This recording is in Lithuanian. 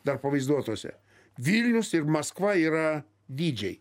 dar pavaizduotuose vilnius ir maskva yra dydžiai